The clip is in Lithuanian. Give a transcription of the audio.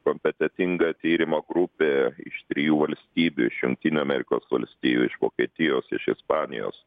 kompetentinga tyrimo grupė iš trijų valstybių iš jungtinių amerikos valstijų iš vokietijos iš ispanijos